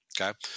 Okay